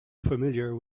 familiar